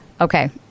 Okay